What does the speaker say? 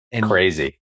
Crazy